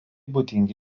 būdingi